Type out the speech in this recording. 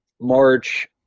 March